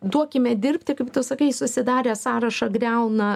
duokime dirbti kaip tu sakai susidarę sąrašą griauna